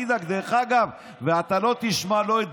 דרך אגב, אני